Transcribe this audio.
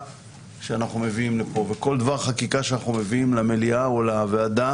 שאנחנו מביאים לפה וכל דבר חקיקה שאנחנו מביאים למליאה או לוועדה